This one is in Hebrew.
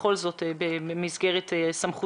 זה בכל זאת במסגרת סמכותו.